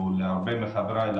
כמו להרבה מחבריי,